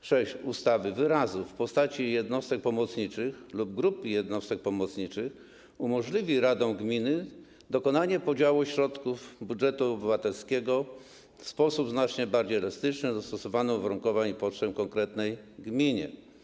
6 ustawy wyrazów ˝w postaci jednostek pomocniczych lub grup jednostek pomocniczych˝ umożliwi radom gminy dokonanie podziału środków z budżetu obywatelskiego w sposób znacznie bardziej elastyczny, dostosowany do uwarunkowań i potrzeb w konkretnej gminie.